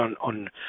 on